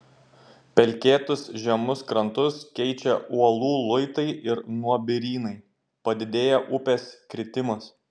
pelkėtus žemus krantus keičia uolų luitai ir nuobirynai padidėja upės kritimas